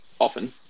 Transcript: often